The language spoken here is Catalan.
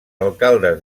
alcaldes